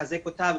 לחזק אותה.